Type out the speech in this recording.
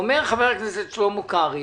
אומר חבר הכנסת שלמה קרעי